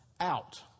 out